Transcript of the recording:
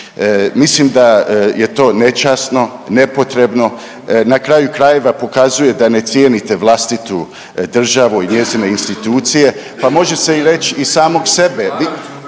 Mislim da je to nečasno, nepotrebno, na kraju krajeva, pokazuje da ne cijenite vlastitu državu i njezine institucije pa može se i reći i samog sebe